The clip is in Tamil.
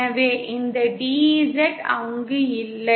எனவே இந்த DZ அங்கு இல்லை